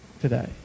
today